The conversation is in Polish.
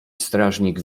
strażnik